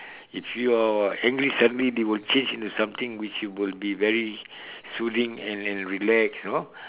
if you're angry suddenly they will change into something which you will be very soothing and and relax you know